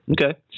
Okay